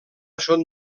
són